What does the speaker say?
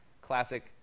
classic